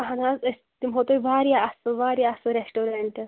اہن حظ أسۍ دِمہو تۄہہِ واریاہ اصل واریاہ اصل ریٚسٹورنٛٹ